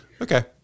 Okay